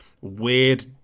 weird